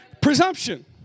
Presumption